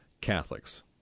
Catholics